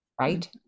right